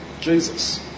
Jesus